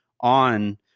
on